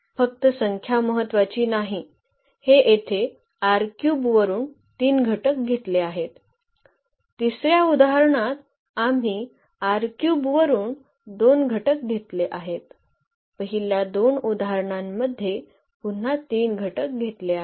फक्त संख्या महत्त्वाची नाही हे येथे वरून तीन घटक घेतले आहेत तिसर्या उदाहरणात आम्ही वरून दोन घटक घेतले आहेत पहिल्या दोन उदाहरणांमध्ये पुन्हा तीन घटक घेतले आहेत